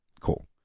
Cool